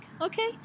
okay